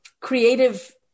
Creative